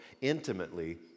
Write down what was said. intimately